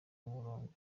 umurongo